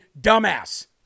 Dumbass